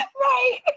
Right